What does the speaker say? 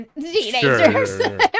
teenagers